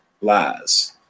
lies